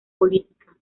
política